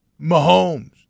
Mahomes